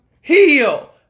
heal